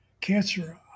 cancer